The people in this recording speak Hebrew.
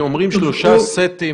עורך הדין זנדברג, כשאומרים "שלושה סטים"